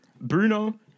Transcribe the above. Bruno